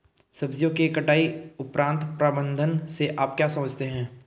सब्जियों के कटाई उपरांत प्रबंधन से आप क्या समझते हैं?